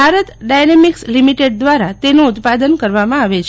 Bharat dynamics limited દ્વારા તેનું ઉત્પાદન કરવામાં આવે છે